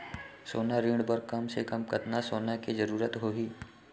सोना ऋण बर कम से कम कतना सोना के जरूरत होही??